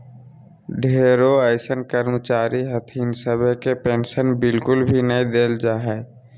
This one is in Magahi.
ढेरो अइसन कर्मचारी हथिन सभे के पेन्शन बिल्कुल भी नय देवल जा हय